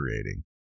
creating